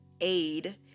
aid